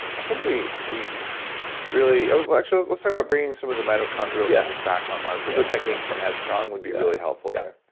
i think we we really. oh, actually let's talk about bringing some of the mitochondrial things yeah back online. some of the techniques from head strong would be really helpful here.